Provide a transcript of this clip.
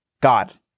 God